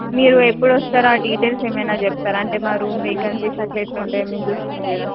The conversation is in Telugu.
మీరు ఎప్పుడు వస్తారో ఆ డీటెయిల్స్ ఏమైనా చెప్తారా అంటే మా రూమ్ వేకన్సీస్ అట్లా ఎట్ల ఉండేది మేము చూసుకోవాలి కదా